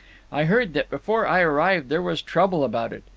i heard that before i arrived there was trouble about it,